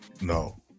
No